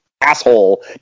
asshole